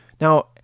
Now